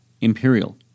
imperial